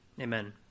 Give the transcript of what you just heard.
Amen